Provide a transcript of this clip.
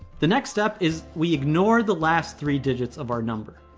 the next step is we ignore the last three digits of our number.